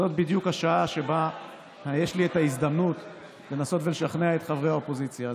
זאת בדיוק השעה שבה יש לי הזדמנות לנסות ולשכנע את חברי האופוזיציה.